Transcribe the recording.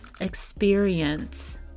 experience